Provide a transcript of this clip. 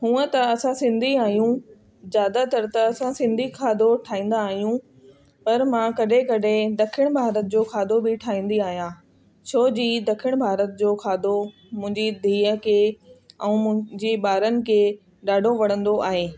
हुअं त असां सिंधी आहियूं ज़्य़ादातर त असां सिंधी खाधो ठाहींदा आहियूं पर मां कॾहिं कॾहिं ॾखिण भारत जो खाधो बि ठाहींदी आहियां छोजी ॾखिण भारत जो खाधो मुंहिंजी धीउ खे ऐं मुंहिंजी ॿारनि के ॾाढो वणंदो आहे